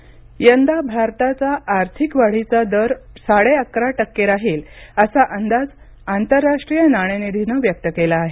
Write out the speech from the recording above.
आर्थिक वाढ यंदा भारताचा आर्थिक वाढीचा दर साडेअकरा टक्के राहील असा अंदाज आंतरराष्ट्रीय नाणेनिधीनं व्यक्त केला आहे